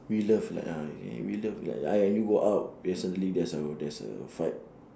we love lah ah we we love like like when you go out recently there's a there's a fight